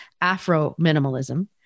Afro-minimalism